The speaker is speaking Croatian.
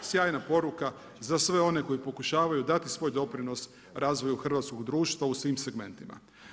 Sjajna poruka za sve one koji pokušavaju dati svoj doprinos razvoju hrvatskog društva u svim segmentima.